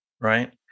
right